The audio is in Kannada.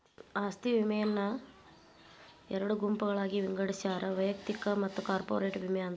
ಆಸ್ತಿ ವಿಮೆಯನ್ನ ಎರಡು ಗುಂಪುಗಳಾಗಿ ವಿಂಗಡಿಸ್ಯಾರ ವೈಯಕ್ತಿಕ ಮತ್ತ ಕಾರ್ಪೊರೇಟ್ ವಿಮೆ ಅಂತ